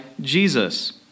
Jesus